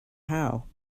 how